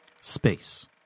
Space